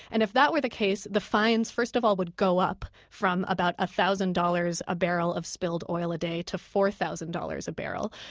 and if that were the case, the fines first of all would go up from about one thousand dollars a barrel of spilled oil a day to four thousand dollars a barrel.